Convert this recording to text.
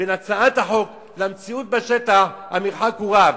בין הצעת החוק למציאות בשטח המרחק רב.